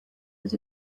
that